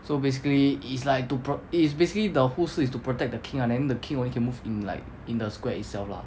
so basically is like to pro~ it is basically the 护士 is to protect the king lah then the king only can move in like in the square itself lah